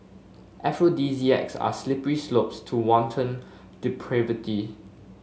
aphrodisiacs are slippery slopes to wanton depravity